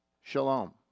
Shalom